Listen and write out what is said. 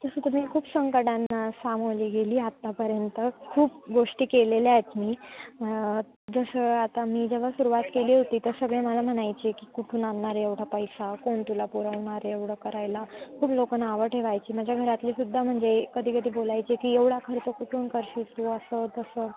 तसं तर मी खूप संकटांना सामोरी गेले आहे आत्तापर्यंत खूप गोष्टी केलेल्या आहेत मी जसं आता मी जेव्हा सुरुवात केली होती तर सगळे मला म्हणायचे की कुठून आणणार आहे एवढा पैसा कोण तुला पुरवणार आहे एवढं करायला खूप लोक नावं ठेवायचे माझ्या घरातलेसुद्धा म्हणजे कधीकधी बोलायचे की एवढा खर्च कुठून करशील तू असं तसं